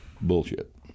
bullshit